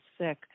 sick